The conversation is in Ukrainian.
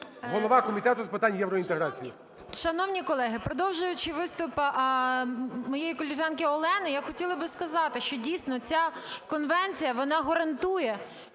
Голова Комітету з питань євроінтеграції. 13:56:43 ІОНОВА М.М. Шановні колеги, продовжуючи виступ моєї колежанки Олени, я хотіла би сказати, що, дійсно, ця конвенція, вона гарантує